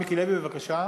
מיקי לוי, בבקשה.